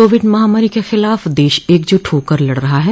Covid महामारी के खिलाफ देश एकजुट होकर लड़ रहा है